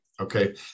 Okay